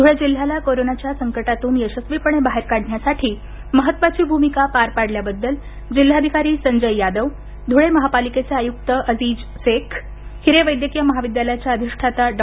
धुळे जिल्ह्याला कोरोनाच्या संकटातून यशस्वीपणे बाहेर काढणासाठी महत्वाची भूमिका पार पाडल्याबद्दल जिल्हाधिकारी संजय यादव धुळे महापालिकेचे आयुक्त अजिज शेख हिरे वैद्यकिय महाविद्यालयाच्या अधिष्ठाता डॉ